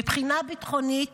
מבחינה ביטחונית